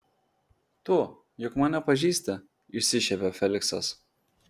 tu juk mane pažįsti išsišiepia feliksas